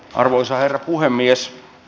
arvoisa herra puhemies